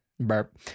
Burp